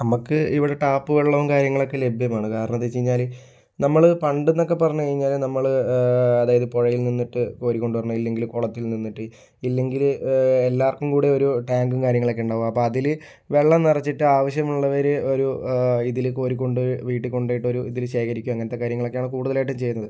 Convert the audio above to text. നമുക്ക് ഇവടെ ടാപ്പ് വെള്ളവും കാര്യങ്ങളും ഒക്കെ ലഭ്യമാണ് കാരണം എന്തെന്ന് വച്ച് കഴിഞ്ഞാല് നമ്മള് പണ്ട് എന്നൊക്കെ പറഞ്ഞു കഴിഞ്ഞാല് നമ്മള് അതായത് പുഴയിൽ നിന്നിട്ട് കോരിക്കൊണ്ട് വരണം ഇല്ലെങ്കില് കുളത്തിൽ നിന്നിട്ട് ഇല്ലെങ്കില് എല്ലാവര്ക്കും കൂടെ ഒരു ടാങ്കും കാര്യങ്ങളും ഒക്കെ ഉണ്ടാവും അപ്പോൾ അതില് വെള്ളം നിറച്ചിട്ട് ആവശ്യമുള്ളവര് ഒരു ഇതില് കൊരിക്കൊണ്ട് വീട്ടിൽ കൊണ്ടു പോയിട്ട് ഒരു ഇതില് ശേഖരിക്കുക അങ്ങനത്തെ കാര്യങ്ങളൊക്കെയാണ് കൂടുതലായിട്ട് ചെയ്യുന്നത്